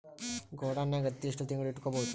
ಗೊಡಾನ ನಾಗ್ ಹತ್ತಿ ಎಷ್ಟು ತಿಂಗಳ ಇಟ್ಕೊ ಬಹುದು?